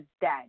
dead